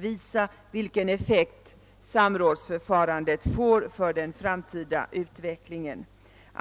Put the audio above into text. visa vilken effekt samrådsförfarandet har för den framtida utvecklingen.